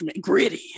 gritty